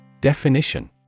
Definition